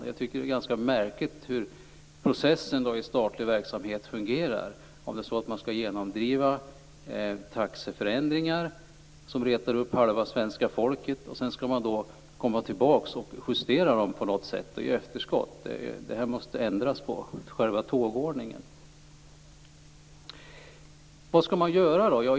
Jag tycker att det är ganska märkligt hur processen i statlig verksamhet fungerar om man skall genomdriva taxeändringar som retar upp halva svenska folket och sedan komma tillbaka och på något sätt justera taxorna i efterskott. Själva tågordningen måste ändras. Vad skall vi då göra?